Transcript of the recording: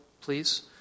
please